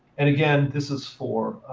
and again, this is for